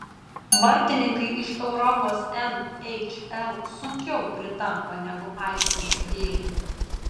vartininkai iš europos nhl sunkiau pritampa negu aikštės žaidėjai